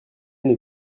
est